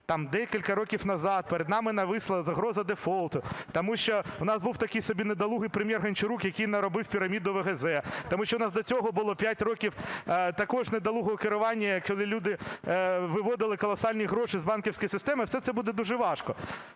там декілька років назад, перед нами нависла загроза дефолту, тому що у нас був такий собі недолугий прем'єр Гончарук, який наробив пірамід ОВГЗ, тому що у нас до цього було п'ять років також недолугого керування, коли люди виводили колосальні гроші з банківської системи, і все це буде дуже важко,